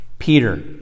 Peter